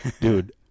Dude